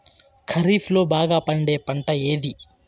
ఖరీఫ్ లో బాగా పండే పంట ఏది?